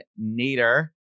Nader